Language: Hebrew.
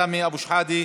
סמי אבו שחאדה,